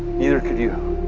neither could you.